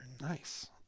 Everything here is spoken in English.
Nice